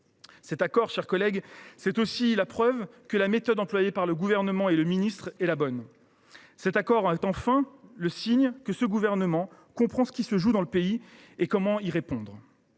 peut être une réussite. Il est aussi la preuve que la méthode employée par le Gouvernement et M. le ministre est la bonne. Il est enfin le signe que ce gouvernement comprend ce qui se joue dans le pays et sait comment y répondre.